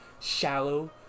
shallow